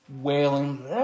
wailing